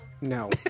No